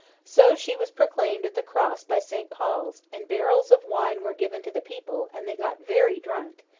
so, she was proclaimed at the cross by st. paul's, and barrels of wine were given to the people, and they got very drunk,